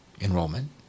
enrollment